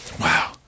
Wow